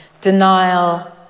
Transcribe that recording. denial